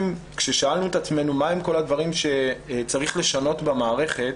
כששאלנו את עצמנו מה הם כל הדברים שצריך לשנות במערכת